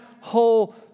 whole